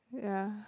yeah